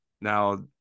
now